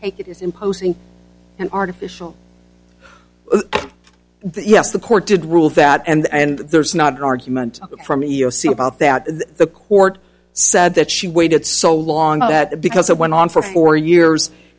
take it is imposing an artificial the yes the court did rule that and there's not an argument from me oh see about that the court said that she waited so long that because it went on for four years